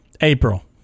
April